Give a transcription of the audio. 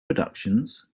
productions